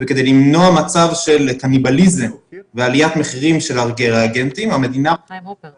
כדי למנוע מצב של קניבליזם ועליית מחירי הריאגנטים המדינה קנתה